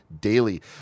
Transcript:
daily